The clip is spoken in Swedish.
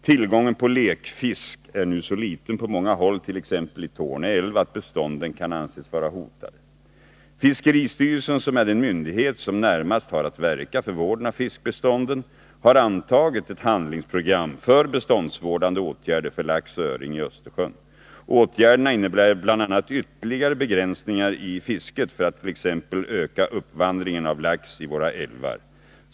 Tillgången på lekfisk är nu så liten på många håll, t.ex. i Torne älv, att bestånden kan anses vara hotade. Fiskeristyrelsen, som är den myndighet som närmast har att verka för vården av fiskbestånden, har antagit ett handlingsprogram för beståndsvårdande åtgärder för lax och öring i Östersjön. Åtgärderna innebär bl.a. ytterligare begränsningar i fisket, för att t.ex. öka uppvandringen av lax i våra älvar.